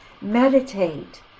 meditate